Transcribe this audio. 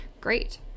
great